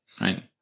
right